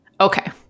okay